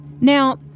Now